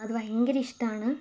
അത് ഭയങ്കര ഇഷ്ടമാണ്